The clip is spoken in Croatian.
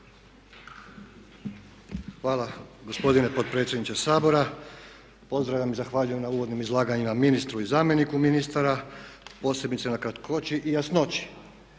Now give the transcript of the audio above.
Hvala gospodine potpredsjedniče Sabora. Pozdravljam i zahvaljujem na uvodnim izlaganjima ministru i zamjeniku ministra, posebice na kratkoći i jasnoći.